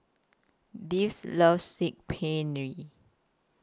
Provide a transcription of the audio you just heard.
Devens loves Saag Paneer